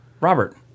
Robert